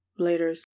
Laters